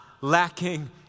lacking